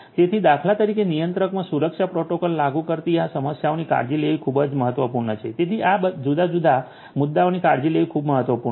તેથી દાખલા તરીકે નિયંત્રકમાં સુરક્ષા પ્રોટોકોલ લાગુ કરતી આ સમસ્યાઓની કાળજી લેવી ખૂબ જ મહત્વપૂર્ણ છે તેથી આ બધા જુદા જુદા મુદ્દાઓની કાળજી લેવી ખૂબ જ મહત્વપૂર્ણ છે